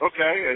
Okay